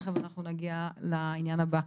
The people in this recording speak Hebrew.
תיכף נגיע לעניין הבא.